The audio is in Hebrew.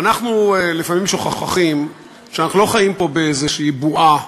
ואנחנו לפעמים שוכחים שאנחנו לא חיים פה באיזו בועה,